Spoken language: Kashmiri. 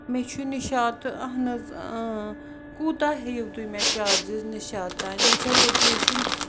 مےٚ چھُ نِشاط اہن حظ اۭں کوٗتاہ ہیٚیِو تُہۍ مےٚ چارجٕز نِشاط تانۍ مےٚ چھےٚ لوٚکیشن